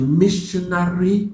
missionary